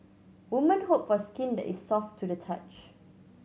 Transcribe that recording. woman hope for skin that is soft to the touch